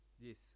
Yes